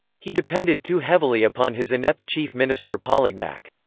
he depended too heavily upon his inept chief minister polignac.